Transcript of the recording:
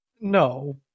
No